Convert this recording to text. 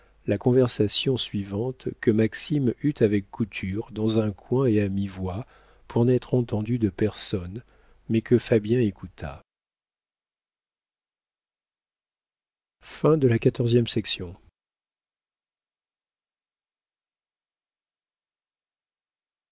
la conversation suivante que maxime eut avec couture dans un coin et à mi-voix pour n'être entendu de personne mais que fabien écouta